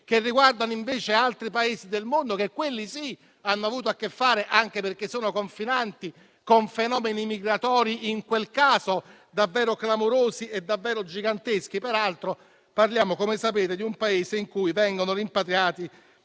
che riguardano, invece, altri Paesi del mondo che - quelli sì - hanno avuto a che fare, anche perché sono confinanti, con fenomeni migratori in quel caso davvero clamorosi e davvero giganteschi? Peraltro, parliamo, come sapete, di un Paese in cui vengono rimpatriati